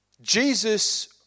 Jesus